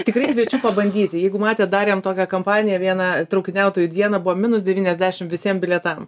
tikrai kviečiu pabandyti jeigu matėte darėme tokią kampaniją vieną traukiniautojų dieną buvo minus devyniasdešim visiem bilietam